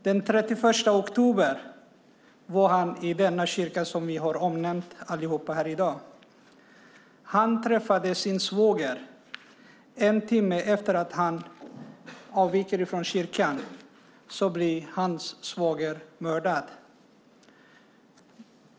Den 31 oktober var han i den kyrka som vi allihop har omnämnt här i dag. Han träffade sin svåger. En timme efter att han hade avvikit från kyrkan blev hans svåger mördad.